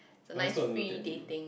don't go and look at you